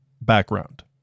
Background